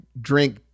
drink